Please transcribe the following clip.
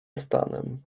stanem